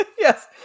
Yes